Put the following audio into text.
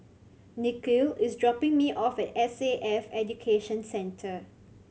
Nikhil is dropping me off at S A F Education Centre